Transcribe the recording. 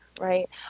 right